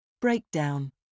Breakdown